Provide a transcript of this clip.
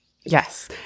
Yes